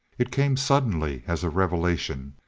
it came suddenly as a revelation,